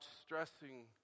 stressing